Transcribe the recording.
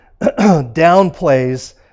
downplays